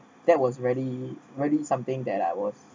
that was really really something that I was